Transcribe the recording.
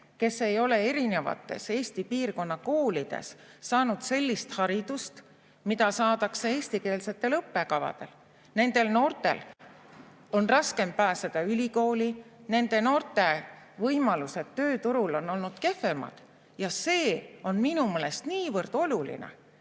kes ei ole erinevates Eesti piirkonna koolides saanud sellist haridust, mida saadakse eestikeelsetel õppekavadel. Nendel noortel on raskem pääseda ülikooli. Nende noorte võimalused tööturul on olnud kehvemad. See on minu meelest niivõrd oluline.